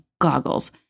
goggles